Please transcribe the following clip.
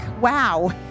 Wow